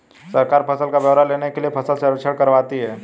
सरकार फसल का ब्यौरा लेने के लिए फसल सर्वेक्षण करवाती है